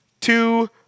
two